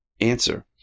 Answer